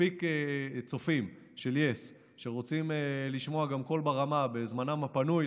מספיק צופים של יס שרוצים לשמוע גם קול ברמה בזמנם הפנוי,